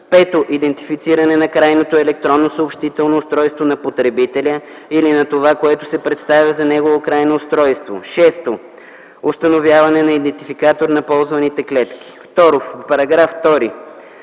5. идентифициране на крайното електронно съобщително устройство на потребителя или на това, което се представя за негово крайно устройство; 6. установяване на идентификатор на ползваните клетки.” 2.